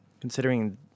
considering